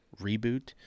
reboot